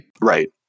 Right